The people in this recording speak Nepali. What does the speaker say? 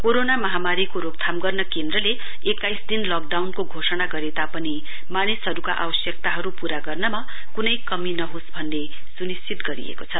कोरोना महामारीको रोकथाम गर्न केन्द्रले एक्काइस दिन लकडाउनको घोषणा गरे तापनि मानिसहरुका आवश्यकताहरु पूरा गर्नमा कुनै कमी नहोस् भन्ने सुनिश्चित गरिएको छ